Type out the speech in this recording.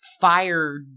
Fired